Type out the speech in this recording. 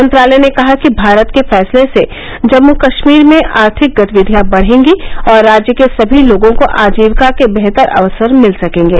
मंत्रालय ने कहा कि भारत के फैसले से जम्मू कश्मीर में आर्थिक गतिविधियां बढ़ेगी और राज्य के सभी लोगों को आजीविका के बेहतर अवसर मिल सकेंगे